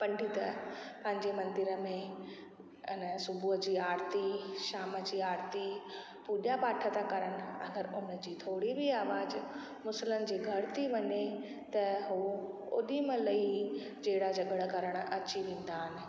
पंडित पंहिंजे मंदर में हिन सुबुह जी आरिती शाम जी आरिती पुॼा पाठ था करनि अगरि हुनजी थोरी बि आवाज़ु मुस्लनि जे घर थी वञे त उहो होॾी महिल ही जहिड़ा झॻिड़ा करण अची वेंदा आहिनि